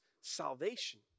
salvation